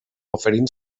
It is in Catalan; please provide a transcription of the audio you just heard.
oferint